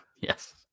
yes